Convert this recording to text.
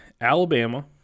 Alabama